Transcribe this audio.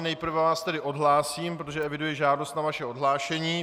Nejprve vás tedy odhlásím, protože eviduji žádost na vaše odhlášení.